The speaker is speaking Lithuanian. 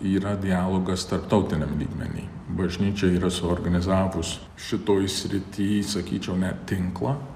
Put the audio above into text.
yra dialogas tarptautiniam lygmeny bažnyčia yra suorganizavus šitoj srity sakyčiau ne tinklą